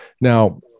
Now